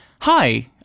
Hi